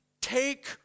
Take